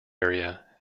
area